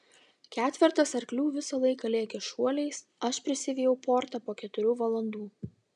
ketvertas arklių visą laiką lėkė šuoliais aš prisivijau portą po keturių valandų